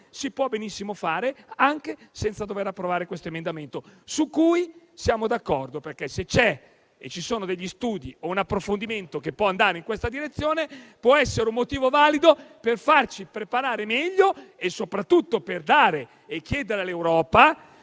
si può benissimo fare anche senza approvare questo emendamento, su cui siamo d'accordo, perché, se ci sono degli studi o un approfondimento che possono andare in questa direzione, ciò può essere un motivo valido per farci preparare meglio e soprattutto per chiedere all'Europa